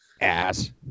Ass